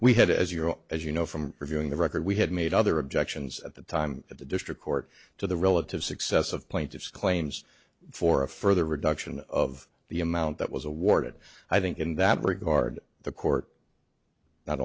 we had as your as you know from reviewing the record we had made other objections at the time at the district court to the relative success of plaintiff's claims for a further reduction of the amount that was awarded i think in that regard the court not